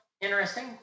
interesting